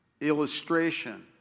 illustration